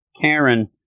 Karen